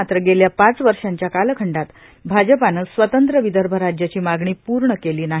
मात्र गेल्या पाच वर्षाच्या कालखष्ठात भाजपान स्वतव्व विदर्भ राज्याची मागणी पूर्ण केली नाही